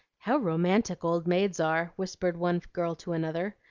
how romantic old maids are! whispered one girl to another.